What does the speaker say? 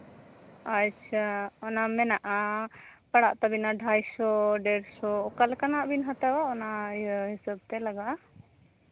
ᱟᱪᱪᱷᱟ ᱚᱱᱟ ᱢᱮᱱᱟᱜᱼᱟ ᱯᱟᱲᱟᱜ ᱛᱟᱹᱵᱤᱱᱟ ᱰᱷᱟᱭ ᱥᱚ ᱰᱮᱲ ᱥᱚ ᱚᱠᱟ ᱞᱮᱠᱟᱱᱟᱜ ᱵᱤᱱ ᱦᱟᱛᱟᱣᱟ ᱚᱱᱟ ᱦᱤᱥᱟᱹᱵᱽᱛᱮ ᱞᱟᱜᱟᱜᱼᱟ